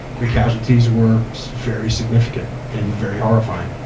the casualties were very significant and very horrifying.